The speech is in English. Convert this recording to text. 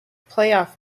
playoff